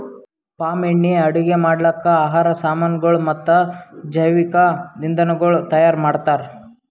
palm ಎಣ್ಣಿ ಅಡುಗಿ ಮಾಡ್ಲುಕ್, ಆಹಾರ್ ಸಾಮನಗೊಳ್ ಮತ್ತ ಜವಿಕ್ ಇಂಧನಗೊಳ್ ತೈಯಾರ್ ಮಾಡ್ತಾರ್